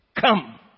come